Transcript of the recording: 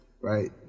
right